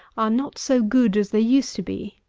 are not so good as they used to be.